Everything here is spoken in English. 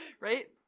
right